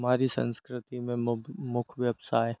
हमारी संस्कृति में मुख मुख्य व्यवसाय